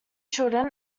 children